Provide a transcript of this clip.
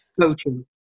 coaching